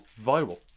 viral